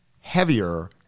heavier